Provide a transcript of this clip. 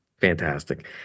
fantastic